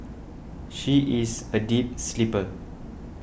she is a deep sleeper